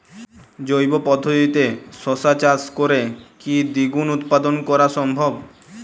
জৈব পদ্ধতিতে শশা চাষ করে কি দ্বিগুণ উৎপাদন করা সম্ভব?